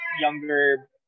younger